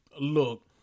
Look